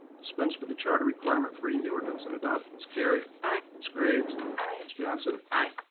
dispense with the charter requirement for reading the ordinance and adopt. ms. carry. aye. ms. graves. aye. ms. johnson. aye.